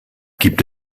gibt